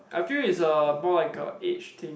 I feel is a more like a age thing